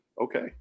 Okay